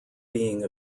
being